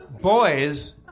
Boys